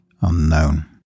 unknown